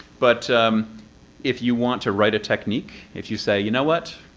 but if you want to write a technique, if you say you know what?